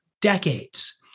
decades